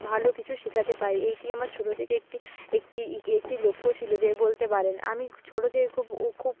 ভালো কিছু শিখাতে পারি এইটি আমার ছোটো থেকে একটি একটিই একটি লক্ষ্য ছিলো যে বলতে পারেন আমি ছোটো থেকে খুব ও খুব